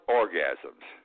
orgasms